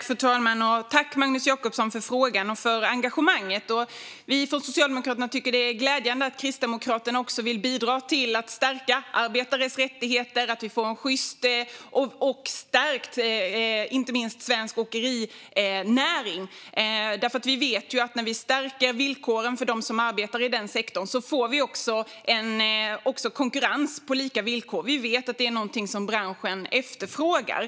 Fru talman! Tack, Magnus Jacobsson, för frågan och för engagemanget! Vi från Socialdemokraterna tycker att det är glädjande att också Kristdemokraterna vill bidra till att stärka arbetares rättigheter och till att vi får en sjyst och stärkt svensk åkerinäring. Vi vet ju att när vi stärker villkoren för dem som arbetar i den sektorn får vi också konkurrens på lika villkor. Vi vet att det är någonting som branschen efterfrågar.